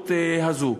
האפשרות הזאת.